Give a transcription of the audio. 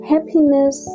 Happiness